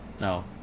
No